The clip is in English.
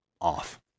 off